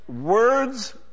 Words